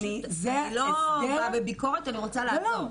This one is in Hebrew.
אני לא באה בביקורת, אני רוצה לעזור.